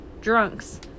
drunks